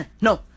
No